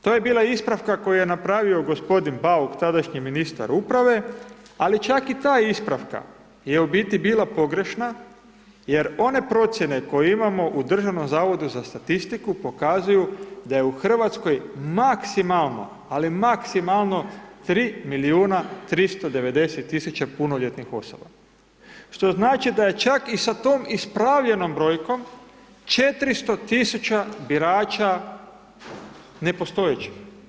To je bila ispravka koju je napravio g. Bauk, tadašnji ministar uprave, ali čak i ta ispravka je u biti bila pogrešna jer one procjene koje imamo u Državnom zavodu za statistiku pokazuju da je u Hrvatskoj maksimalno, ali maksimalno 3 390 000 punoljetnih osoba, što znači da je čak i sa tom ispravljenom brojkom 400 tisuća birača nepostojećih.